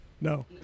No